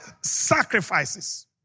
sacrifices